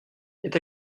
est